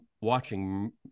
watching